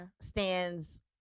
stands